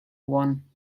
one